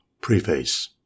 Preface